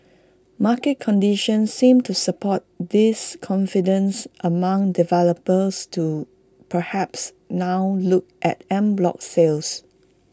market conditions seems to support this confidence among developers to perhaps now look at en bloc sales